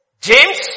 James